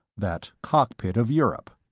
that cockpit of europe.